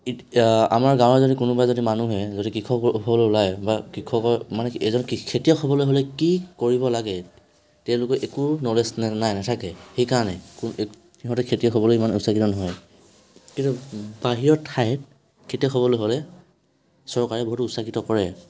ইত আমাৰ গাঁৱৰ যদি কোনোবা যদি মানুহে যদি কৃষক হ'ল ওলাই বা কৃষকৰ মানে এজন খেতিয়ক হ'বলৈ হ'লে কি কৰিব লাগে তেওঁলোকৰ একো ন'লেজ নাই নাথাকে সেইকাৰণে সিহঁতে খেতিয়ক হ'বলৈ ইমান উৎসাহিত নহয় কিন্তু বাহিৰৰ ঠাইত খেতিয়ক হ'বলৈ হ'লে চৰকাৰে বহুত উৎসাহিত কৰে